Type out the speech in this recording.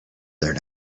there